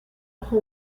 ojo